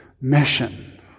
mission